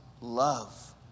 love